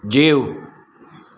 जीउ